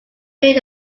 build